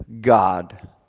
God